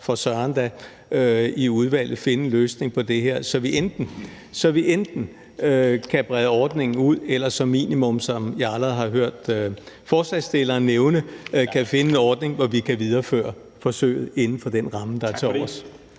for søren i udvalget finde en løsning på det her, så vi enten kan brede ordningen ud, eller at vi som minimum, som jeg allerede har hørt forslagsstillerne nævne, kan finde en ordning, hvor vi kan videreføre forsøget inden for den ramme, der er til overs.